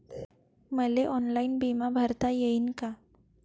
मले ऑनलाईन बिमा भरता येईन का?